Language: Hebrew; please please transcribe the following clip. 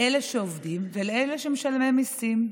לאלה שעובדים ולאלה שמשלמים מיסים,